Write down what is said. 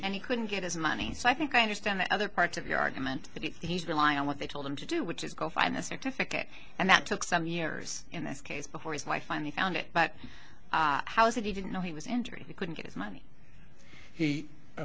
and he couldn't get his money so i think i understand the other part of your argument that he's relying on what they told him to do which is go find a certificate and that took some years in this case before his life finally found it but how is it even know he was injured he couldn't get his money he